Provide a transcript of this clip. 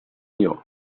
朋友